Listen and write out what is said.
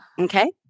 Okay